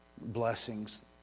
blessings